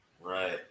Right